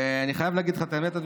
ואני חייב להגיד לך את האמת,